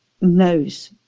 knows